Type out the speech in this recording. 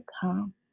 come